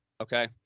Okay